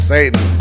Satan